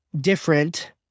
different